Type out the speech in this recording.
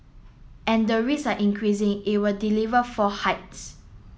and the risk are increasing it will deliver four hikes